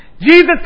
Jesus